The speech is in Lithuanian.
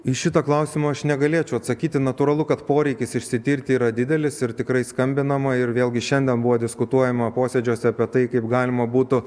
į šitą klausimą aš negalėčiau atsakyti natūralu kad poreikis išsitirti yra didelis ir tikrai skambinama ir vėlgi šiandien buvo diskutuojama posėdžiuose apie tai kaip galima būtų